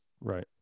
Right